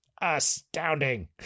astounding